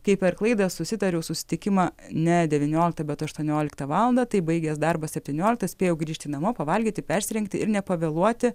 kai per klaidą susitariau susitikimą ne devynioliktą bet aštuonioliktą valandą taip baigęs darbą septynioliktą spėjau grįžti namo pavalgyti persirengti ir nepavėluoti